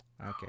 Okay